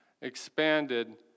expanded